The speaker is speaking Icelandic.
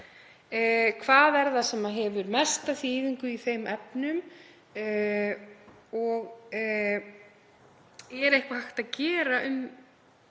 Hvað er það sem hefur mesta þýðingu í þeim efnum? Er eitthvað hægt að gera